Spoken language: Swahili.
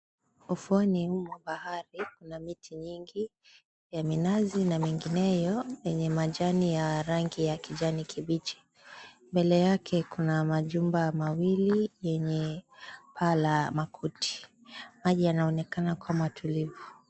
Ufuoni huu mwa bahari kuna miti nyingi ya minazi na mengineo yenye majani ya rangi ya kijani kibichi. Mbele yake kuna majumba mawili yenye paa la makuti. Maji yanaonekana kua matulivu.